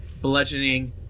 bludgeoning